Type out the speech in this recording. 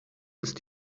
ist